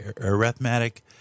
arithmetic